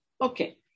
Okay